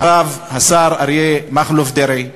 הרב השר אריה מכלוף דרעי,